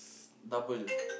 double